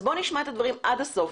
בוא נשמע את הדברים עד הסוף.